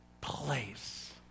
place